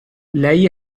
lei